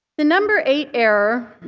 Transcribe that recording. the number eight error,